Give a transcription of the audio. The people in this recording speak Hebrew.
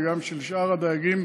וגם של שאר הדייגים,